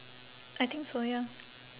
I think so ya